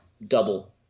double